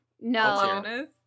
No